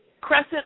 Crescent